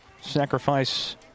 Sacrifice